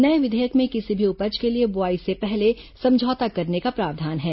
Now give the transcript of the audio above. नए विघेयक में किसी भी उपज के लिए बोआई से पहले समझौता करने का प्रावधान है